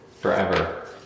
forever